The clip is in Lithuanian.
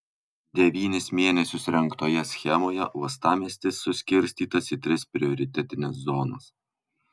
devynis mėnesius rengtoje schemoje uostamiestis suskirstytas į tris prioritetines zonas